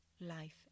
life